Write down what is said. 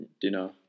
dinner